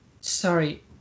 sorry